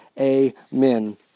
Amen